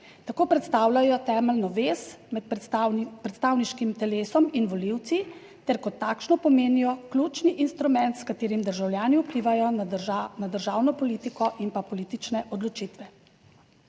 Tako predstavljajo temeljno vez med predstavniškim telesom in volivci ter kot takšno pomenijo ključni instrument s katerim državljani vplivajo na državno politiko in pa politične odločitve.